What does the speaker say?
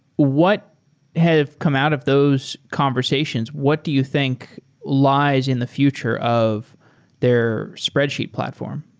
what have come out of those conversations? what do you think lies in the future of their spreadsheet platform?